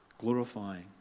glorifying